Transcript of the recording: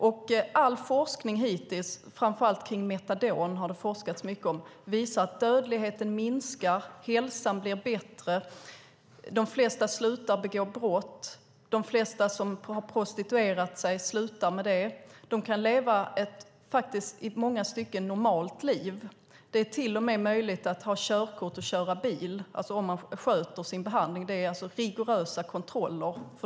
Det har forskats mycket om metadon, och det har visat sig att dödligheten minskar, hälsan blir bättre, de flesta slutar begå brott, prostitutionen upphör och de kan leva i många stycken ett normalt liv. Det är till och med möjligt att inneha körkort och köra bil om de sköter sin behandling. Det är rigorösa kontroller.